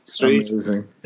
amazing